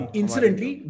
incidentally